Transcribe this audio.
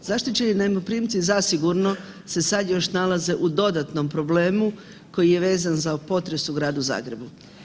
Zaštićeni najmoprimci zasigurno se sad još nalaze u dodatnom problemu koji je vezan za potres u Gradu Zagrebu.